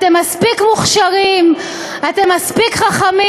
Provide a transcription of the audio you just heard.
אתם מספיק מוכשרים, אתם מספיק חכמים,